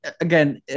Again